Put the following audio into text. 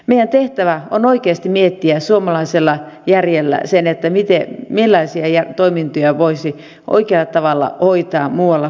meidän tehtävämme on oikeasti miettiä suomalaisella järjellä se millaisia toimintoja voisi oikealla tavalla hoitaa muualla kuin täällä kaupunkiseuduilla